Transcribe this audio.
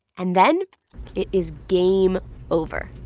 and then it is game over